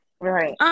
Right